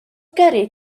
gyrru